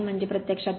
म्हणजे प्रत्यक्षात 3